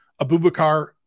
Abubakar